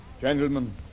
Gentlemen